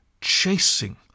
chasing